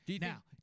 now